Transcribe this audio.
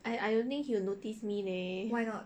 I I don't think he will notice me leh